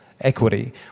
equity